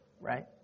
right